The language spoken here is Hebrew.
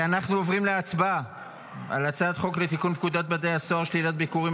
אנחנו עוברים להצבעה על הצעת החוק לתיקון פקודת בתי הסוהר (שלילת ביקורים